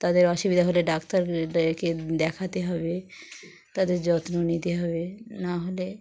তাদের অসুবিধা হলে ডাক্তারকে ডেকে দেখাতে হবে তাদের যত্ন নিতে হবে না হলে